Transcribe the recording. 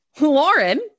Lauren